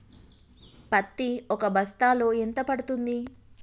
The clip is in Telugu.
పత్తి ఒక బస్తాలో ఎంత పడ్తుంది?